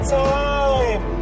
time